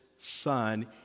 son